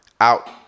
out